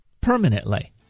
permanently